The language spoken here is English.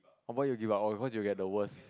before you give up of course you get the worse